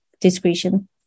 discretion